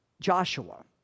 Joshua